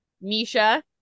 Misha